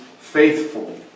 faithful